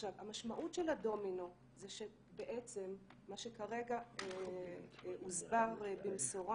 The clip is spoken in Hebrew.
המשמעות של הדומינו זה שבעצם מה שכרגע הוסבר במשורה,